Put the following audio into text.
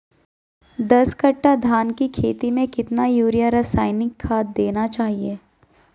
दस कट्टा धान की खेती में कितना यूरिया रासायनिक खाद देना चाहिए?